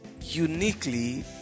uniquely